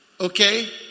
Okay